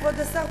כבוד השר,